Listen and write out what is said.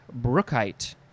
brookite